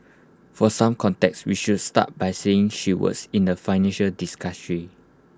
for some context we should start by saying she works in the financial